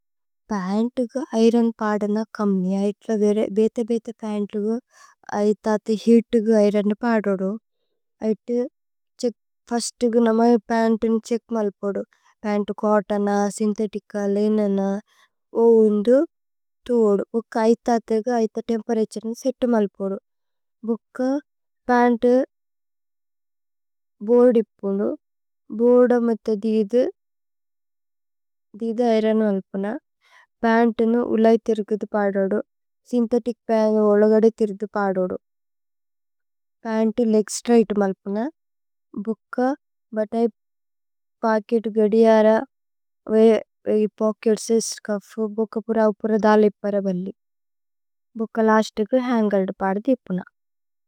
പന്ത് ഗ ഇരോന് പാദന കമ്മി ഐത്ല ബേഥ। ബേഥ പന്ത് ഗ ഐഥ ഥേ ഹേഅത് ഗ ഇരോന്। പാദോദു ഐത്ല ബേഥ ബേഥ പന്ത് ഗ ഐഥ। ഥേ ഹേഅത് ഗ ഇരോന് പാദോദു ഐത്ല ബേഥ പന്ത്। ഗ ഐഥ ഥേ ഹേഅത് ഗ ഇരോന് പാദോദു ഐത്ല। ബേഥ പന്ത് ഗ ഐഥ ഥേ ഹേഅത് ഗ ഇരോന് പാദോദു।